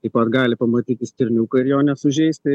taip pat gali pamatyti stirniuką ir jo nesužeisti